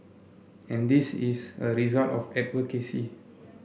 and this is a result of advocacy